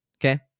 okay